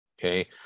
Okay